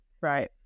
Right